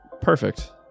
Perfect